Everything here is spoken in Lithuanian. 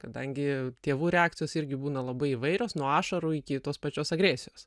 kadangi tėvų reakcijos irgi būna labai įvairios nuo ašarų iki tos pačios agresijos